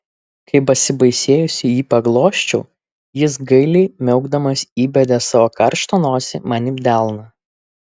kai pasibaisėjusi jį paglosčiau jis gailiai miaukdamas įbedė savo karštą nosį man į delną